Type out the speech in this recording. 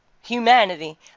humanity